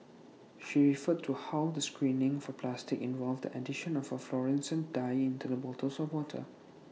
she referred to how the screening for plastic involved the addition of A fluorescent dye into the bottles of water